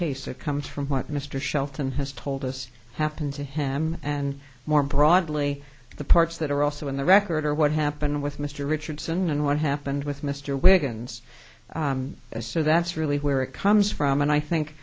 case that comes from what mr shelton has told us happened to him and more broadly the parts that are also in the record or what happened with mr richardson and what happened with mr wiggins and so that's really where it comes from and i think